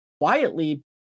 quietly